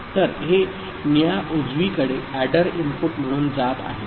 तर हे निळ्या उजवीकडे एडर इनपुट म्हणून जात आहे